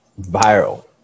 viral